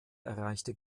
erreichte